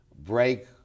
break